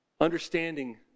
understanding